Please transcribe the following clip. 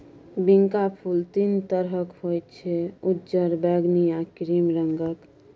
बिंका फुल तीन तरहक होइ छै उज्जर, बैगनी आ क्रीम रंगक